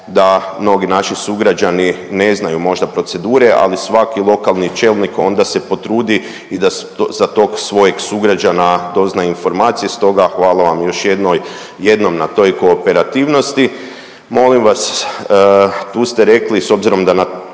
da mnogi naši sugrađani ne znaju možda procedure ali svaki lokalni čelnik onda se potrudi i da za tog svojeg sugrađana dozna informacije stoga hvala vam još jednoj, jednom na toj kooperativnosti. Molim vas, tu ste rekli s obzirom da